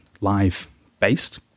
live-based